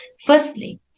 Firstly